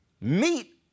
meet